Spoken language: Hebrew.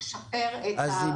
תני